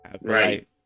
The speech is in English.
Right